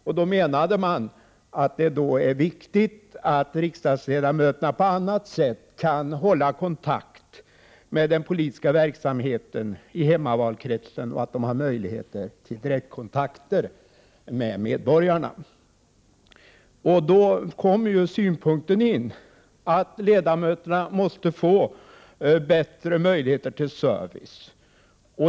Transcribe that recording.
Därmed menade man att det är viktigt att riksdagsledamöterna på annat sätt kan hålla kontakt med den politiska verksamheten i hemmavalkretsen och att de har möjlighet till direktkontakter med medborgarna. Då framfördes synpunkten att ledamöterna i riksdagen bör få förbättrade möjligheter till service.